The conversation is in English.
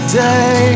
day